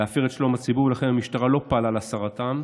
את שלום הציבור, ולכן המשטרה לא פעלה להסרתם,